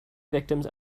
victims